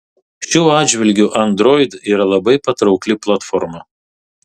šiuo atžvilgiu android yra labai patraukli platforma